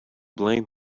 blame